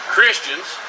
Christians